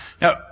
Now